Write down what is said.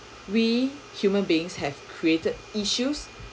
we human beings have created issues